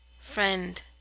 Friend